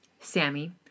Sammy